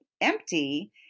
empty